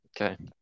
Okay